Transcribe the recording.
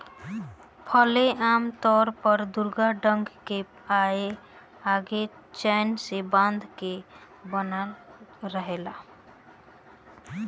flail आमतौर पर दुगो डंडा के एगो चैन से बांध के बनल रहेला